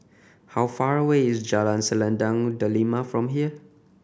how far away is Jalan Selendang Delima from here